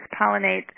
pollinate